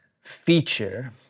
feature